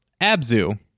Abzu